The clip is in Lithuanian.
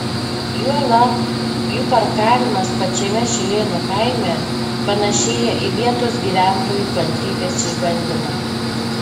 juolab jų parkavimas pačiame šilėnų kaime panašėja į vietos gyventojų kantrybės išbandymą